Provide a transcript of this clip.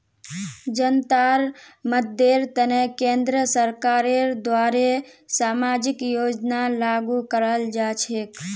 जनतार मददेर तने केंद्र सरकारेर द्वारे सामाजिक योजना लागू कराल जा छेक